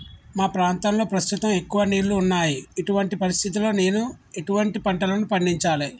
మా ప్రాంతంలో ప్రస్తుతం ఎక్కువ నీళ్లు ఉన్నాయి, ఇటువంటి పరిస్థితిలో నేను ఎటువంటి పంటలను పండించాలే?